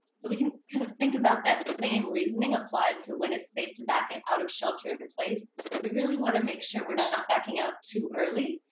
so we can kind of think about that same reasoning applied to when it's safe to back and out of shelter-in-place. we really wanna make sure we're not backing out too early,